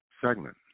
segment